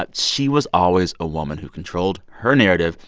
but she was always a woman who controlled her narrative,